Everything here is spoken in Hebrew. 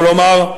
אבל אומר,